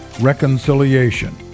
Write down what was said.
reconciliation